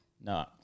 No